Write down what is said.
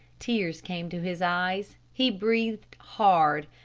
tears came to his eyes. he breathed hard.